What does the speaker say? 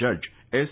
જજ એસ